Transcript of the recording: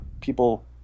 people